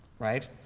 right?